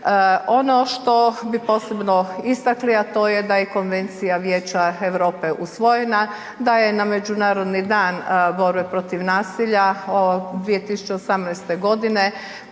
Ono što bih posebno istakli, a to je da je Konvencija Vijeća Europe usvojena, da je na međunarodni dan borbe protiv nasilja 2018. g.